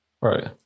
Right